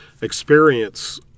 experience